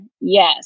yes